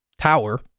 tower